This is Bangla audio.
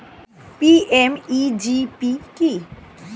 পি.এম.ই.জি.পি কি?